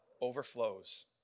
overflows